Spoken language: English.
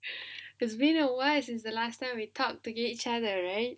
it's been a while since the last time we talk to each other right